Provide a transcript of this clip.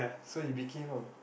so you became a